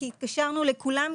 כי התקשרנו לכולם,